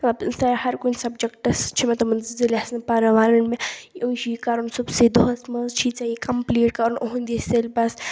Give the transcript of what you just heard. مطلب مثالے ہرکُنہِ سَبجَکٹَس چھِ مےٚ تِمَن زٕ زٕ لٮ۪سَن پرٕنۍ وَرٕنۍ مےٚ یہِ چھی کَرُن صُبسٕے دۄہَس منٛز چھی ژےٚ یہِ کَمپٕلیٖٹ کَرُن یِہُںٛد یہِ سٮ۪لبَس